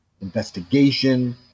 investigation